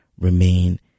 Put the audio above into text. remain